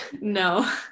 no